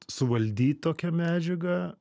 suvaldyt tokią medžiagą